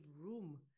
room